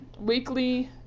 weekly